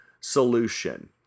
solution